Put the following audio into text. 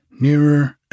Nearer